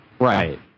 Right